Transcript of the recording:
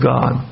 God